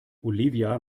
olivia